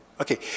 Okay